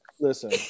Listen